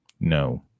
No